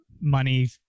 money